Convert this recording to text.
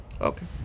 okay